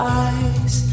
eyes